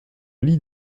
lie